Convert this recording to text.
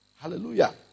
Hallelujah